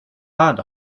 band